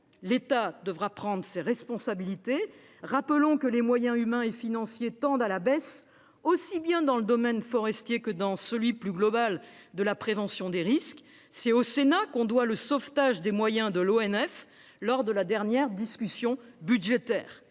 L'État devra prendre ses responsabilités. Rappelons que les moyens humains et financiers tendent à baisser, aussi bien dans le domaine forestier que dans celui plus global de la prévention des risques- je rappelle que c'est au Sénat qu'on doit le « sauvetage » des moyens de l'ONF lors de la dernière discussion budgétaire.